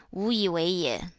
wu yi wei ye,